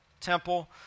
temple